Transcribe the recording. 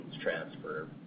transfer